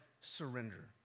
surrender